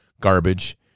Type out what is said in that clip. garbage